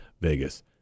Vegas